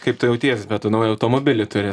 kaip tu jauties bet tu naują automobilį turi